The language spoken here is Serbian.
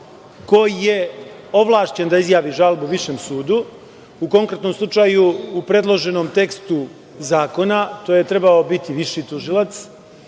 ko je ovlašćen da izjavi žalbu višem sudu. U konkretnom slučaju u predloženom tekstu zakona to je trebao biti viši tužilac.